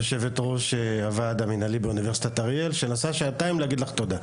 יושב-ראש הוועד המינהלי באוניברסיטת אריאל שנסעה שעתיים לומר לך תודה.